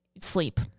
sleep